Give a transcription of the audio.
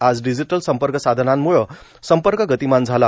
आज डिजीटल संपर्कसाधनांमुळे संपर्क गतिमान झाला